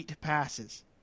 passes